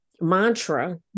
mantra